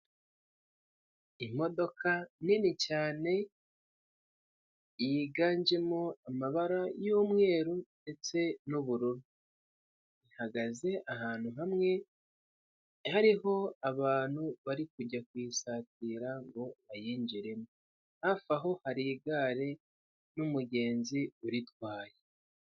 Imodoka nini cyane yiganjemo amabara y'umweru ndetse n'ubururu ihagaze ahantu hamwe hariho abantu barikujya kuyisatira ngo bayinjiremo hafi aho hari igare n'umugenzi uritwaye.